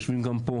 יושבים גם פה